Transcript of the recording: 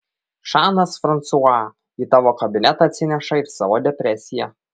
žanas fransua į tavo kabinetą atsineša ir savo depresiją